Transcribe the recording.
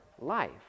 life